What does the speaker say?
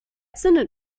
zündet